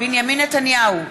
בנימין נתניהו,